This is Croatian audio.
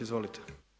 Izvolite.